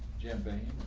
champagne